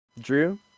Drew